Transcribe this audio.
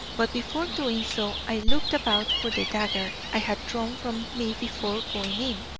but before doing so i looked about for the dagger i had thrown from me before going in,